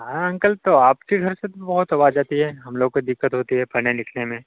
हाँ अंकल तो आपके घर से बहुत आवाज आती है हम लोग को दिक्कत होती है पढ़ने लिखने में